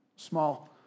small